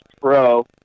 Pro